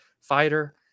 fighter